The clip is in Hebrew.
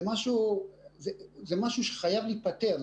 זה משהו שחייב להיפתר.